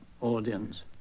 audience